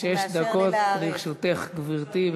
שש דקות לרשותך, גברתי.